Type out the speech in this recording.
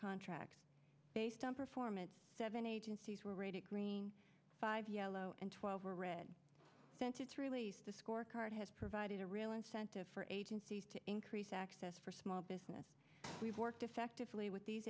contracts based on performance seven agencies were rated green five yellow and twelve were red since its release the scorecard has provided a real incentive for agencies to increase access for small business we've worked effectively with these